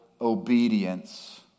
Obedience